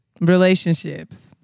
relationships